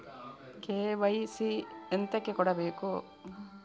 KYC ಎಂತಕೆ ಕೊಡ್ಬೇಕು?